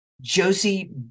Josie